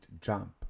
jump